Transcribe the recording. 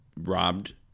robbed